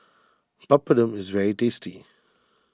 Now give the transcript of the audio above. Papadum is very tasty